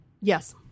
Yes